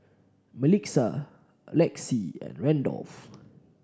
Melissa Lexie and Randolf